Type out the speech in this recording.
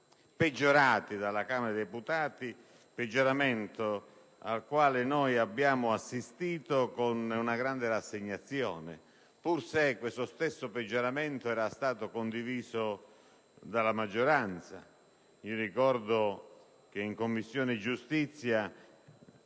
peggiorata dalla Camera dei deputati, peggioramento al quale noi abbiamo assistito con una grande rassegnazione, pur se questo stesso peggioramento era stato condiviso dalla maggioranza. Ricordo che in Commissione giustizia